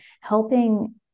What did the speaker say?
helping